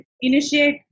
initiate